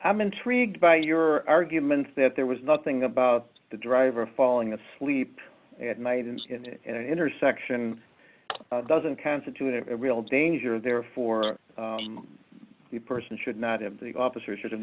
i'm intrigued by your argument that there was nothing about the driver falling asleep at night and intersection doesn't constitute a real danger therefore the person should not have the officer should have